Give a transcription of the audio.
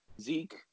Zeke